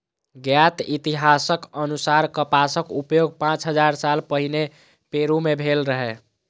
ज्ञात इतिहासक अनुसार कपासक उपयोग पांच हजार साल पहिने पेरु मे भेल रहै